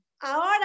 ahora